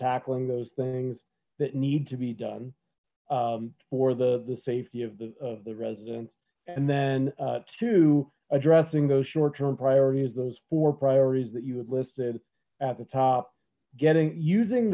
tackling those things that need to be done for the the safety of the residents and then to addressing those short term priorities those four priorities that you would listed at the top getting using